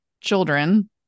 children